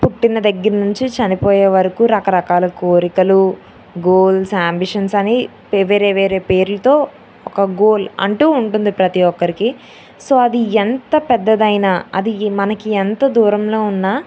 పుట్టిన దగ్గిరి నుంచి చనిపోయే వరకూ రకరకాల కోరికలూ గోల్స్ యాంబీషన్స్ అనీ వేరే వేరే పేర్లుతో ఒక గోల్ అంటూ ఉంటుంది ప్రతీ ఒక్కరికీ సో అది ఎంత పెద్దదైనా అది మనకి ఎంత దూరంలో ఉన్నా